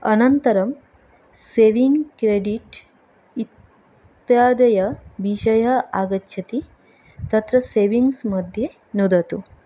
अनन्तरं saving credit इत्यादि विषयः आगच्छति तत्र सेविङ्गस् मध्ये नुदतु